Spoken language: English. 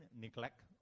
neglect